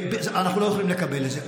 אנחנו לא יכולים לקבל את זה.